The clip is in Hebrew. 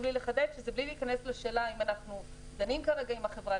לי לחדד: בלי להיכנס לשאלה אם אנחנו דנים כרגע עם החברה,